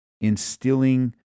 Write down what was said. instilling